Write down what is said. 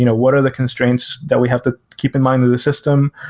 you know what are the constraints that we have the keep in mind the the system?